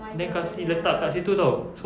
then kasih letak dekat situ [tau] so